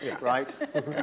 right